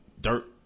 Dirt